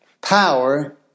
power